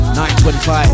9.25